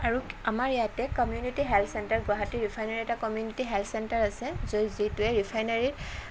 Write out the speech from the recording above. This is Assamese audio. আৰু আমাৰ ইয়াতে কমিউনিতি হেল্থ চেণ্টাৰ গুৱাহাটী ৰিফাইনাৰিতে কমিউনিতি হেল্থ চেণ্টাৰ আছে য'ত যিটোৱে ৰিফাইনাৰীৰ